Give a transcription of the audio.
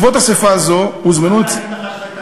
להגיד לך,